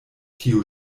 tio